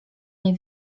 nie